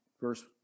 verse